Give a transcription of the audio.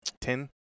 Ten